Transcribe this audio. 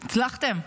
הצלחתם.